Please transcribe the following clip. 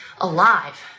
alive